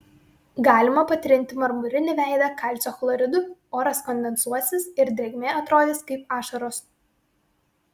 galima patrinti marmurinį veidą kalcio chloridu oras kondensuosis ir drėgmė atrodys kaip ašaros